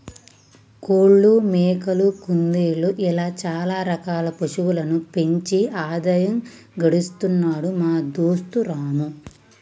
కోళ్లు మేకలు కుందేళ్లు ఇలా చాల రకాల పశువులను పెంచి ఆదాయం గడిస్తున్నాడు మా దోస్తు రాము